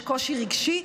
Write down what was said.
יש קושי רגשי.